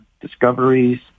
discoveries